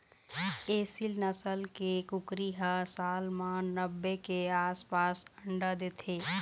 एसील नसल के कुकरी ह साल म नब्बे के आसपास अंडा देथे